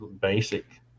basic